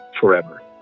forever